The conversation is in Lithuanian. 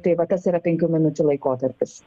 tai va tas yra penkių minučių laikotarpis